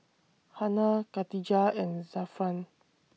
Hana Katijah and Zafran